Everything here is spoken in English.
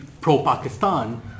pro-Pakistan